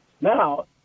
Now